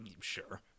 sure